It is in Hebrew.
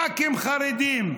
ח"כים חרדים,